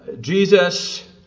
Jesus